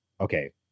okay